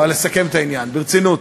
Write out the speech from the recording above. אבל לסכם את העניין, ברצינות.